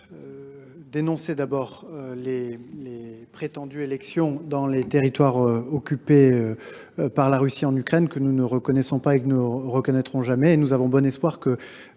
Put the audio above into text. dénoncer les prétendues élections dans les territoires occupés par la Russie en Ukraine, que nous ne reconnaissons pas et ne reconnaîtrons jamais. Nous avons bon espoir que